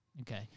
Okay